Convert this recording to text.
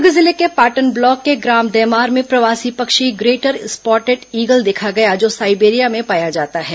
दुर्ग जिले के पाटन ब्लॉक के ग्राम दैमार में प्रवासी पक्षी ग्रेटर स्पाटेड ईगल देखा गया जो साइबेरिया में पाई जाती है